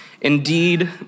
Indeed